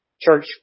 church